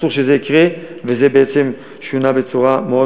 אסור שזה יקרה, וזה בעצם שונה בצורה מאוד